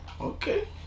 okay